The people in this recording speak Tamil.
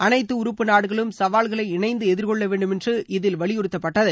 அனைத்து உறுப்பு நாடுகளும் சவால்களை இணைந்து எதிர்கொள்ள வேண்டுமென்று இதில் வலியுறுத்தப்பட்டது